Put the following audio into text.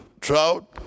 Trout